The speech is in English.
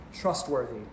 trustworthy